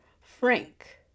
Frank